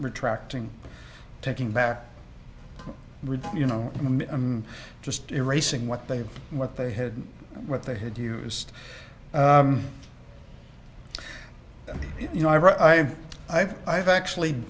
retracting taking back you know i'm just erasing what they what they had what they had used you know i've i've i've i've actually